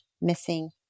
missing